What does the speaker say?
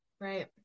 right